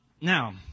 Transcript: now